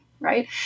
Right